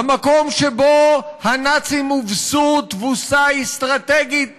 המקום שבו הנאצים הובסו תבוסה אסטרטגית